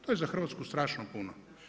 To je za Hrvatsku strašno puno.